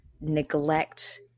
neglect